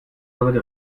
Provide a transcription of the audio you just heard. hatte